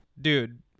dude